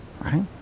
Right